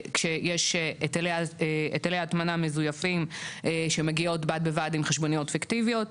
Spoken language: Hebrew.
כשיש היטלי הטמנה מזויפים שמגיעות בד בבד עם חשבוניות פיקטיביות.